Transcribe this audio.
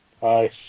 Hi